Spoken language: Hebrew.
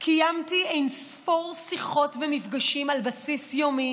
קיימתי אין-ספור שיחות ומפגשים על בסיס יומי